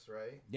right